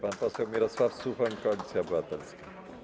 Pan poseł Mirosław Suchoń, Koalicja Obywatelska.